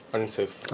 Unsafe